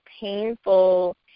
painful